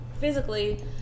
Physically